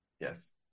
Yes